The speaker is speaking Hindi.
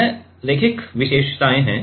यह रैखिक विशेषताएँ हैं